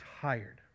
tired